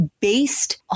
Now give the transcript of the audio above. based